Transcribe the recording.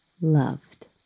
loved